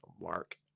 Mark